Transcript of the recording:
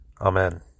Amen